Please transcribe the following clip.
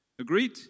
Agreed